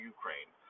Ukraine